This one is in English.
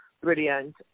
Brilliant